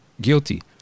guilty